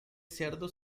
cerdo